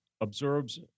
observes